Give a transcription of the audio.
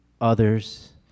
others